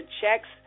checks